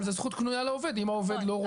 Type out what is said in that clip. אבל זו זכות קנויה לעובד, אם העובד לא רוצה.